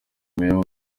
mayor